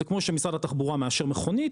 זה כמו שמשרד התחבורה מאשר מכונית,